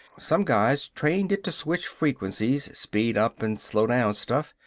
some guys trained it to switch frequencies speed-up and slow-down stuff.